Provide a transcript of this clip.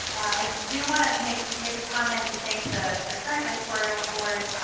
i do want to make make a comment to thank the the current editorial board,